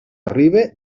arribe